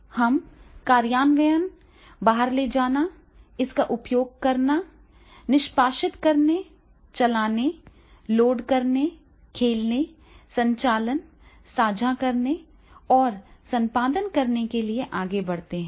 हम कार्यान्वयन बाहर ले जाने इसका उपयोग करने निष्पादित करने चलाने लोड करने खेलने संचालन साझा करने और संपादन करने के लिए आगे बढ़ते हैं